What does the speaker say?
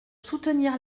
soutenir